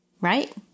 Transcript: Right